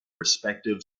respective